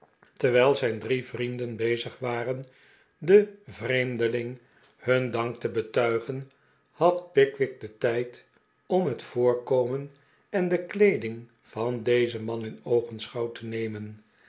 terwijl zijn drie vrienden bezig waren den vreemdeling hun dank te betuigen had pickwick den tijd om het voorkomen en de kleeding van dezen man in oogenschouw te nemen